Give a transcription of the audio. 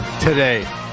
today